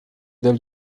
del